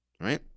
right